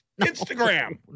Instagram